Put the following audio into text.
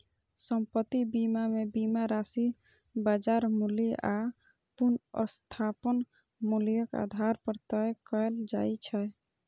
संपत्ति बीमा मे बीमा राशि बाजार मूल्य आ पुनर्स्थापन मूल्यक आधार पर तय कैल जाइ छै